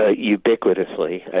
ah ubiquitously. ah